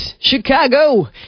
Chicago